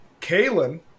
Kalen